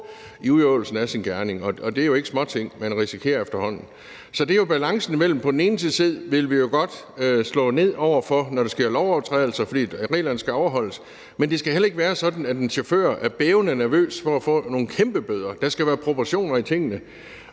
i udøvelsen af sin gerning, og det er jo ikke småting, man risikerer efterhånden. Så det er jo balancen imellem, at vi på den ene side godt vil slå ned på lovovertrædelser, fordi reglerne skal overholdes, og det på den anden side heller ikke skal være sådan, at en chauffør er bævende nervøs for at få nogle kæmpe bøder. Der skal være proportioner i tingene.